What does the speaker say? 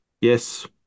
Yes